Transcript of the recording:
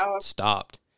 stopped